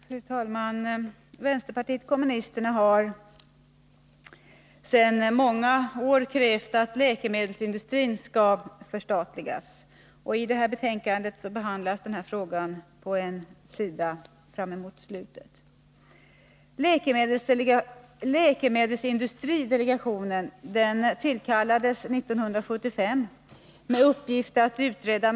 Fru talman! Vänsterpartiet kommunisterna har sedan många år krävt att läkemedelsindustrin skall förstatligas. I detta betänkande behandlas denna fråga på en sida mot slutet.